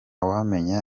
wamenya